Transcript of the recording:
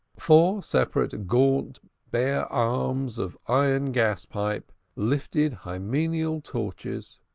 four separate gaunt bare arms of iron gas-pipe lifted hymeneal torches.